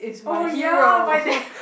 oh ya by then